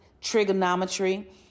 trigonometry